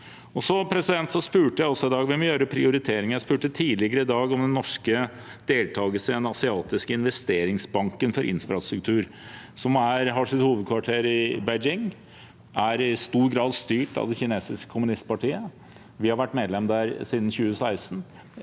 Jeg spurte tidligere i dag om den norske deltagelsen i den asiatiske investeringsbanken for infrastruktur, som har sitt hovedkvarter i Beijing og i stor grad er styrt av det kinesiske kommunistpartiet. Vi har vært medlem der siden 2016.